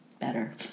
better